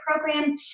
program